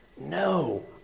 No